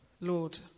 Lord